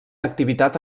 activitat